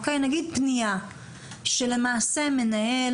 נגיד פנייה שלמעשה מנהל,